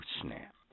snap